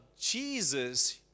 Jesus